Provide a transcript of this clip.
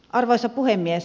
arvoisa puhemies